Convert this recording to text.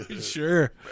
sure